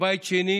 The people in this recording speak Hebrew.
כבית שני,